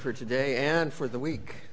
for today and for the week